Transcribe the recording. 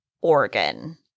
organ